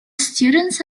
students